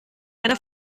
einer